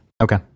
Okay